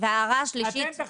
אתם תחליטו.